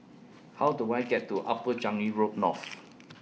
How Do I get to Upper Changi Road North